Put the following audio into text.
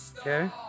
Okay